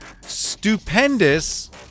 stupendous